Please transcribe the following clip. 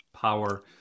power